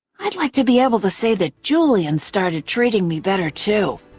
i'd like to be able to say that julian started treating me better, too,